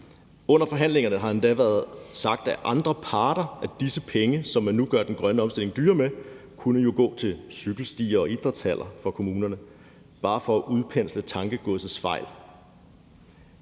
Under forhandlingerne har det endda været sagt af andre parter, at disse penge, som man nu gør den grønne omstilling dyrere med, jo kunne gå til cykelstier og idrætshaller i kommunerne – bare for at udpensle tankegodsets vej.